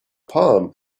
palm